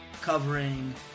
covering